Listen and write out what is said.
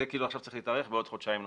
עכשיו זה צריך להתארך בעוד חודשיים נוספים.